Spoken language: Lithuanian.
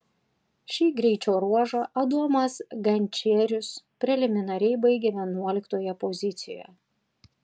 šį greičio ruožą adomas gančierius preliminariai baigė vienuoliktoje pozicijoje